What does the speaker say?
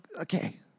Okay